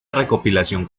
recopilación